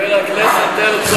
חבר הכנסת הרצוג, לא מתאים לך.